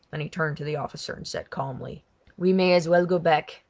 then he turned to the officer and said calmly we may as well go back.